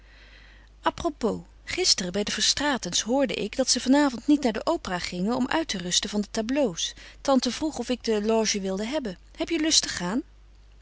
a propos gisteren bij de verstraetens hoorde ik dat ze van avond niet naar de opera gingen om uit te rusten van de tableaux tante vroeg of ik de loge wilde hebben heb je lust te gaan